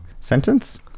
sentence